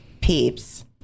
peeps